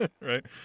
right